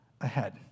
ahead